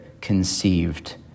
conceived